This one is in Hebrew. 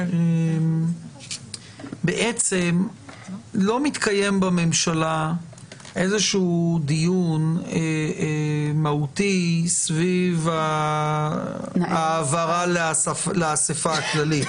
בעצם לא מתקיים בממשלה איזה שהוא דיון מהותי סביב ההעברה לאספה הכללית.